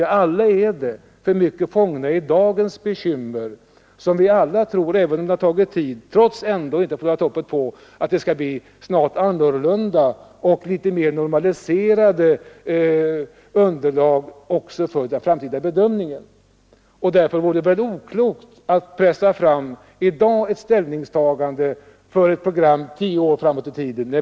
Vi är alla alltför mycket fångna av dagens bekymmer. Men vi har ändå inte förlorat hoppet att det skall bli annorlunda, även om det tar tid, och att vi skall få litet mera normalt underlag också för den framtida bedömningen. Och därför vore det oklokt att i dag pressa fram ett ställningstagande för ett program tio år framåt i tiden.